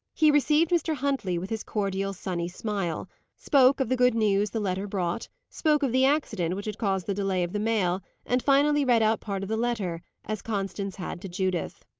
he received mr. huntley with his cordial, sunny smile spoke of the good news the letter brought, spoke of the accident which had caused the delay of the mail, and finally read out part of the letter, as constance had to judith.